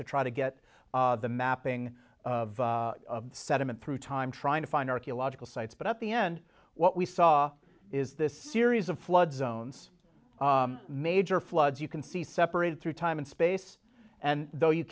to try to get the mapping of sediment through time trying to find archaeological sites but at the end what we saw is this series of flood zones major floods you can see separated through time and space and though you